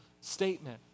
statement